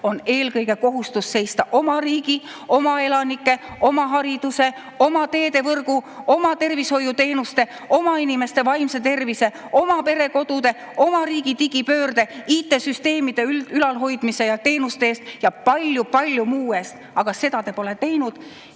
on eelkõige kohustus seista oma riigi, oma elanike, oma hariduse, oma teedevõrgu, oma tervishoiuteenuste, oma inimeste vaimse tervise, oma perekodude, oma riigi digipöörde, IT-süsteemide ülalhoidmise ja teenuste eest ja palju-palju muu eest. Aga seda te pole teinud.